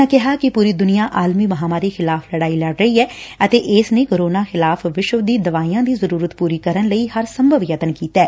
ਉਨ੍ਹਾਂ ਕਿਹਾ ਕਿ ਪੁਰੀ ਦੁਨੀਆਂ ਆਲਮੀ ਮਹਾਂਮਾਰੀ ਖਿਲਾਫ਼ ਲੜਾਈ ਲੜ ਰਹੀ ਐ ਅਤੇ ਇਸ ਨੇ ਕੋਰੋਨਾ ਖਿਲਾਫ਼ ਵਿਸ਼ਵ ਦੀ ਦਵਾਈਆਂ ਦੀ ਜ਼ਰੁਰਤ ਪੁਰੀ ਕਰਨ ਲਈ ਹਰ ਸੰਭਵ ਯਤਨ ਕੀਤੈ